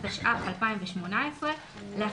התשע"ח 2018 (להלן החוק),